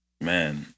Man